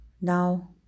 now